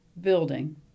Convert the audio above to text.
building